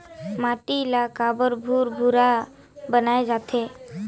माटी ला काबर भुरभुरा बनाय जाथे?